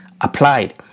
applied